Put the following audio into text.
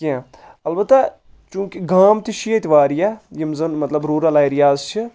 کینٛہہ البتہ چوٗنٛکہِ گام تہِ چھِ ییٚتہِ واریاہ یِم زن مطلب روٗرل ایریاز چھِ